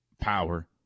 power